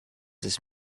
this